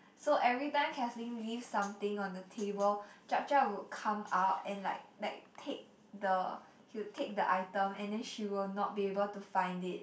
so everytime Kathleen leaves something on the table Jup Jup would come out and like like take the he would take the item and then she will not be able to find it